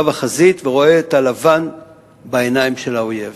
החזית ורואה את הלבן בעיניים של האויב.